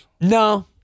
No